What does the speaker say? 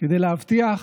כדי להבטיח